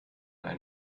ein